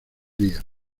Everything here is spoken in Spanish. día